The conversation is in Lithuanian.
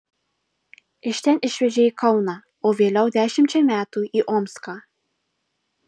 iš ten išvežė į kauną o vėliau dešimčiai metų į omską